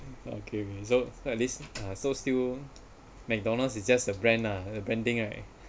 okay so at least uh so still McDonald's is just a brand ah branding right